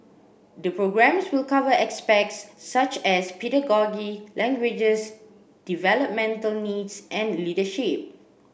the programmes will cover aspects such as pedagogy languages developmental needs and leadership